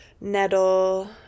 Nettle